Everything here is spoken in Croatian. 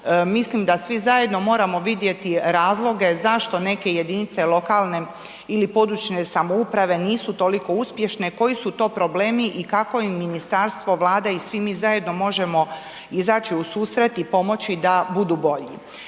mislim da svi zajedno moramo vidjeti razloge zašto neke jedinice lokalne ili područne samouprave nisu toliko uspješne, koji su to problemi i kako im ministarstvo, Vlada i svi mi zajedno možemo izaći u susret i pomoći da budu bolji.